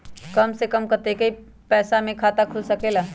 कम से कम कतेइक पैसा में खाता खुलेला?